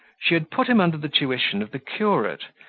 she had put him under the tuition of the curate,